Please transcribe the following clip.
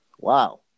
Wow